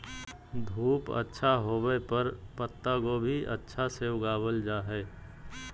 धूप अच्छा होवय पर पत्ता गोभी अच्छा से उगावल जा हय